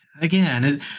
Again